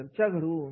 चर्चा घडवून